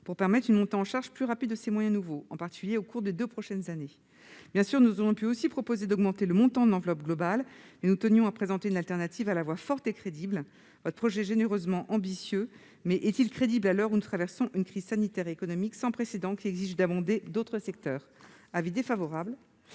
de permettre une montée en charge plus rapide des moyens nouveaux, en particulier au cours des deux prochaines années. Nous aurions évidemment aussi pu proposer d'augmenter le montant de l'enveloppe globale, mais nous tenions à présenter une alternative forte et crédible. Le projet des auteurs de l'amendement est généreusement ambitieux. Mais est-il crédible à l'heure où nous traversons une crise sanitaire et économique sans précédent qui exige d'abonder d'autres secteurs ? L'amendement